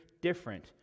different